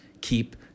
keep